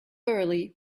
early